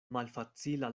malfacila